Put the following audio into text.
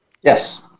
Yes